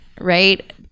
right